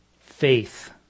Faith